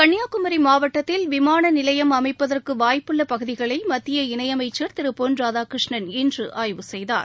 கன்னியாகுமரி மாவட்டத்தில் விமான நிலையம் அமைப்பதற்கு வாய்ப்புள்ள பகுதிகளை மத்திய இணை அமைச்சர் திரு பொன் ராதாகிருஷ்ணன் இன்று ஆய்வு செய்தார்